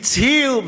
הצהיר,